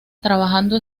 trabajando